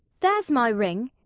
there's my ring.